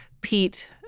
Pete